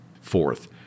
Fourth